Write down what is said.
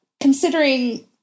considering